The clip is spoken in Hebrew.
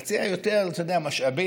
להציע יותר משאבים